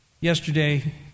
yesterday